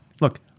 look